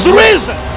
risen